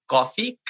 Coffee